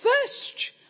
first